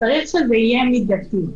צריך שזה יהיה מידתי.